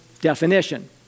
definition